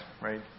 right